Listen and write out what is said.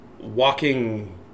walking